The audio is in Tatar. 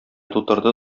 тутырды